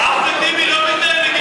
טיבי לא מזדהה עם מגילת העצמאות.